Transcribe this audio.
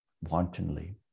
wantonly